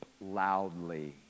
loudly